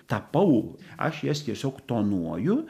tapau aš jas tiesiog tonuoju